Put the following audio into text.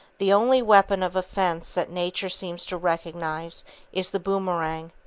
the only weapon of offence that nature seems to recognize is the boomerang.